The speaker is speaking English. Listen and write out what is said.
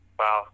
wow